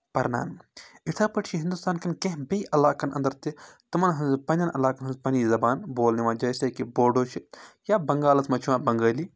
کرنان یِتھٕے پٲٹھۍ چھِ ہِندوستانکٮ۪ن کینٛہہ بیٚیہِ علاقَن اَنٛدَر تہِ تٕمَن ہٕنٛز پنٕنٮ۪ن علاقَن ہٕنٛز پَنٕنۍ زَبان بولنہٕ یِوان جیسے کہِ بوڈو چھِ یا بنٛگالَس منٛز چھِ یِوان بنٛگٲلی